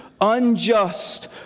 unjust